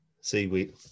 seaweed